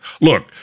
Look